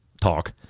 talk